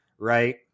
right